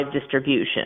distribution